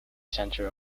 centre